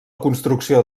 construcció